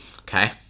Okay